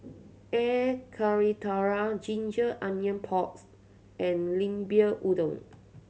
Air Karthira ginger onion pork and Lemper Udang